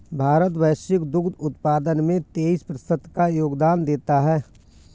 भारत वैश्विक दुग्ध उत्पादन में तेईस प्रतिशत का योगदान देता है